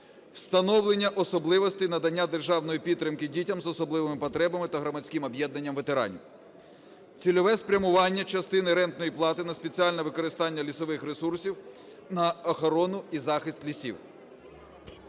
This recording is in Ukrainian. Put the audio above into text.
встановлення особливостей надання державної підтримки дітям з особливими потребами та громадським об'єднанням ветеранів; цільове спрямування частини рентної плати на спеціальне використання лісових ресурсів на охорону і захист лісів;